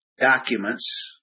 documents